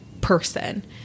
person